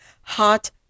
hot